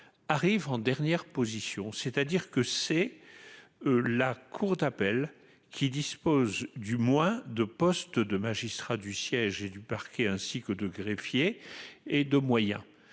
arrive en dernière position ; c’est donc la cour d’appel qui dispose du moins de postes de magistrats du siège et du parquet, de greffiers et de moyens.